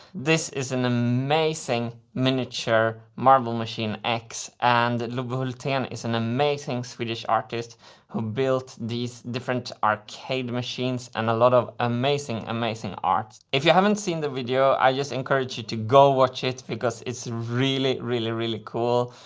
this is an amazing miniature marble machine x and love hulten is an amazing swedish artist who built these different arcade machines and a lot of amazing amazing art. if you haven't seen the video, i just encourage you to go watch it because it's really, really, really cool!